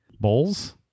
bowls